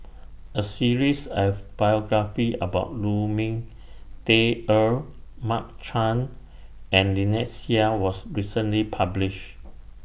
A series of biographies about Lu Ming Teh Earl Mark Chan and Lynnette Seah was recently published